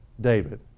David